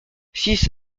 six